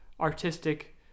artistic